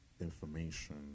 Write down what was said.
information